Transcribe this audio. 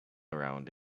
around